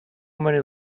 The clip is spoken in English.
many